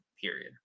period